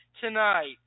tonight